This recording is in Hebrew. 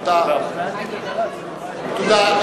תודה.